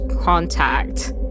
contact